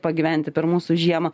pagyventi per mūsų žiemą